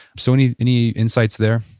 so any any insights there?